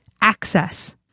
access